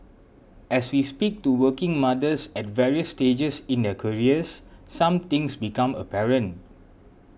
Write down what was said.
as we speak to working mothers at various stages in their careers some things become apparent